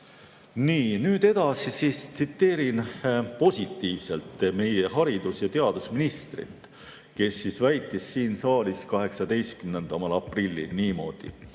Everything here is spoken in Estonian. on. Nüüd tsiteerin positiivselt meie haridus‑ ja teadusministrit, kes väitis siin saalis 18. aprillil niimoodi: